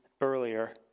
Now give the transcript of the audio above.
earlier